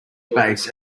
bass